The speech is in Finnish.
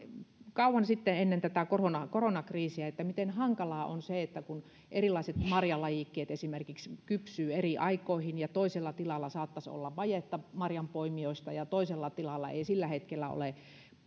kauan ennen tätä koronakriisiä miten hankalaa on se että kun erilaiset marjalajikkeet esimerkiksi kypsyvät eri aikoihin ja toisella tilalla saattaisi olla vajetta marjanpoimijoista ja toisella tilalla ei sillä hetkellä ole